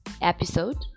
episode